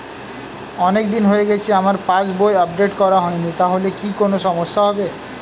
অনেকদিন হয়ে গেছে আমার পাস বই আপডেট করা হয়নি তাহলে কি কোন সমস্যা হবে?